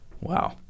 Wow